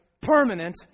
Permanent